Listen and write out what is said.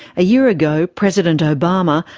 a year ago, president obama,